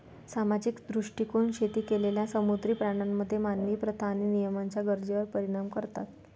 सामाजिक दृष्टीकोन शेती केलेल्या समुद्री प्राण्यांमध्ये मानवी प्रथा आणि नियमांच्या गरजेवर परिणाम करतात